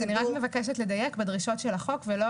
אני רק מבקשת לדייק בדרישות של החוק ולא